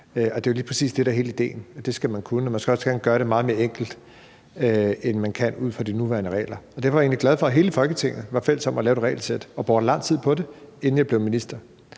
det er jo lige præcis hele idéen, at det skal man kunne. Man skal også gerne kunne gøre det meget mere enkelt, end man kan ud fra de nuværende regler. Derfor er jeg egentlig glad for, at hele Folketinget var fælles om at lave et regelsæt og brugte lang tid på det, inden jeg blev minister.